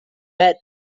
bad